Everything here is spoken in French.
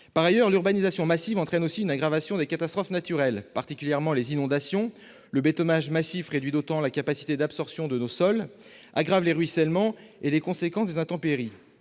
Par ailleurs, l'urbanisation massive entraîne une aggravation des catastrophes naturelles, particulièrement les inondations. Le bétonnage massif réduit d'autant la capacité d'absorption de nos sols, aggrave les ruissellements et les conséquences des intempéries,